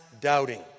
doubting